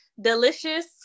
delicious